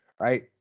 right